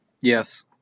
Yes